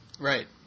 Right